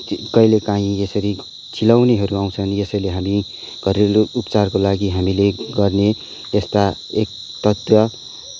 कहिले काहीँ यसरी चिलाउनेहरू आउँछन् यसैले हामी घरेलु उपचारको लागि हामीले गर्ने यस्ता एक तत्त्व